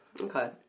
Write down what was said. Okay